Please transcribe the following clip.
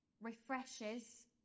refreshes